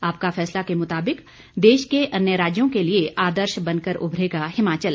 आपका फैसला के मुताबिक देश के अन्य राज्यों के लिए आदर्श बनकर उभरेगा हिमाचल